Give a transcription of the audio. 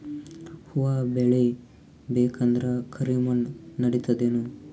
ಹುವ ಬೇಳಿ ಬೇಕಂದ್ರ ಕರಿಮಣ್ ನಡಿತದೇನು?